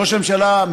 ראש הממשלה,